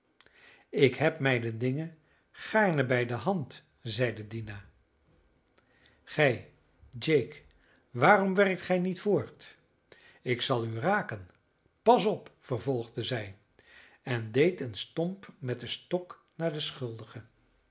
ik heb mijne dingen gaarne bijdehand zeide dina gij jake waarom werkt gij niet voort ik zal u raken pas op vervolgde zij en deed een stomp met den stok naar de schuldige